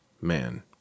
man